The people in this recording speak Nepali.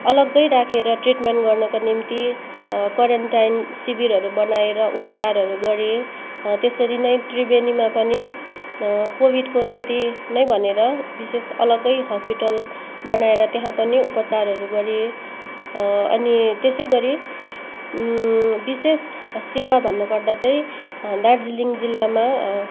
अलग्गै राखेर ट्रिटमेन्ट गर्नको निम्ति क्वारेन्टाइन शिविरहरू बनाएर उपचारहरू गरे त्यसरी नै त्रिवेणीमा पनि कोभिडको निम्ति नै भनेर विशेष अलग्गै हस्पिटल बनाएर त्यहाँ पनि उपचारहरू गरे अनि त्यसै गरी विशेष सेवा भन्नुपर्दा चाहिँ दार्जिलिङ जिल्लामा